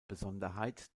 besonderheit